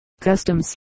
customs